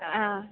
ಆಂ